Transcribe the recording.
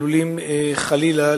חלילה,